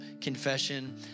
confession